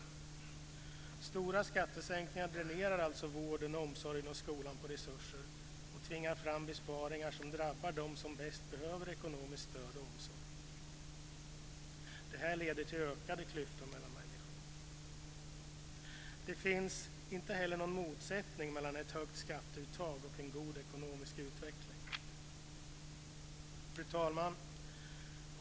Stora skattesänkningar dränerar vården, omsorgen och skolan på resurser och tvingar fram besparingar som drabbar dem som bäst behöver ekonomiskt stöd och omsorg. Det leder till ökade klyftor mellan människor. Det finns heller inte någon motsättning mellan ett högt skatteutttag och en god ekonomisk utveckling. Fru talman!